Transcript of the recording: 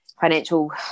financial